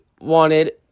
wanted